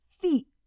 feet